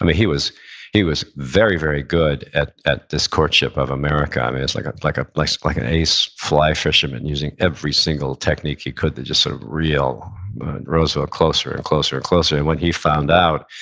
um he was he was very, very good at at this courtship of america. um it's like ah like ah like like an ace fly fisherman using every single technique he could to just sort of reel roosevelt closer and closer and closer, and when he found out,